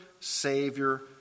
Savior